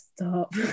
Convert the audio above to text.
Stop